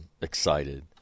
excited